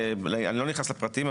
אני לא נכנס לפרטים,